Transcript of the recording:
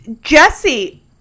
Jesse